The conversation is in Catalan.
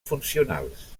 funcionals